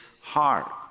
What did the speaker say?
heart